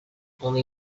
only